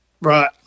right